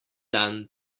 dan